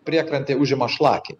priekrantėj užima šlakiai